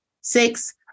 Six